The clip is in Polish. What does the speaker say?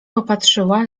popatrzyła